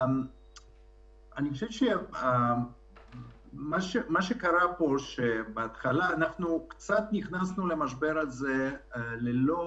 אני חושב שמה שקרה פה זה שבהתחלה אנחנו קצת נכנסנו למשבר הזה ללא